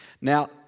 Now